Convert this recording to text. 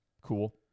cool